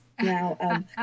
now